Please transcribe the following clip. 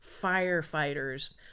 firefighters